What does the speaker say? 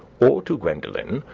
or to gwendolen,